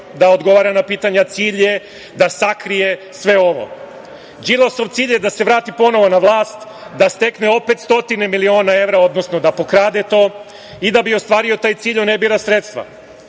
da odgovara na pitanja, da sakrije sve ovo. Đilasov cilj je da se vrati ponovo na vlast, da stekne opet stotine miliona evra, odnosno da pokrade to i da bi ostvario taj cilj on ne bira sredstva.